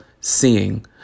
seeing